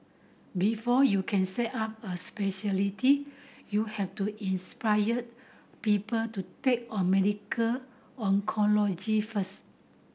before you can set up a speciality you have to inspire people to take on medical oncology first